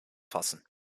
fassen